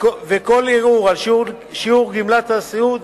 וכל ערעור על שיעור גמלת הסיעוד